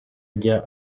ijya